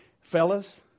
fellas